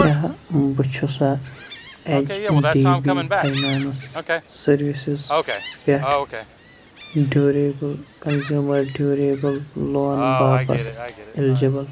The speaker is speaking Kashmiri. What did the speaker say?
کیٛاہ بہٕ چھُ سا H D B financial services پٮ۪ٹھ ڈیوٗریبٕل کَنزیوٗمَر ڈیوٗریبٕل لونہٕ باپتھ اٮ۪لجِبٕل